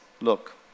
Look